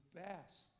best